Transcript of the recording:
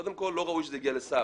קודם כל, לא ראוי שזה יגיע לשר.